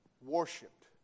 Worshipped